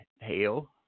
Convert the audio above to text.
hell